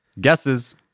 Guesses